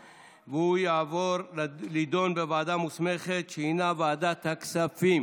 2021, לוועדת הכספים